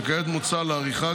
שכעת מוצע להאריכה,